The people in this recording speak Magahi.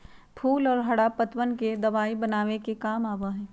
फूल और हरा पत्तवन के दवाई बनावे के काम आवा हई